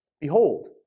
Behold